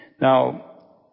Now